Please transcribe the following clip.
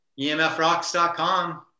EMFrocks.com